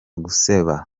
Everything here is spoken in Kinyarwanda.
guseba